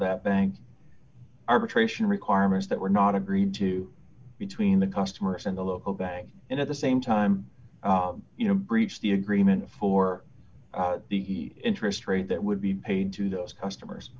that bank arbitration requirements that were not agreed to between the customers and the local bank and at the same time you know breach the agreement for the interest rate that would be paid to those customers